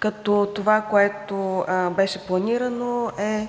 като това, което беше планирано, е